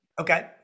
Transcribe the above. okay